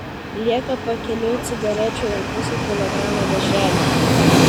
lieka pakeliui cigarečių ir pusei kilogramo dešrelių